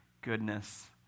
goodness